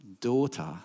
daughter